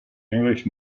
english